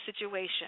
situation